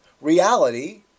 Reality